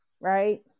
right